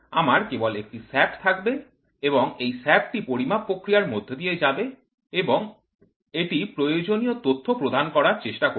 আমার কেবল একটি শ্যাফ্ট থাকবে এবং এই শ্যাফ্ট টি পরিমাপ প্রক্রিয়ার মধ্য দিয়ে যাবে এবং এটি প্রয়োজনীয় তথ্য প্রদান করার চেষ্টা করবে